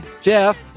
Jeff